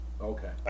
Okay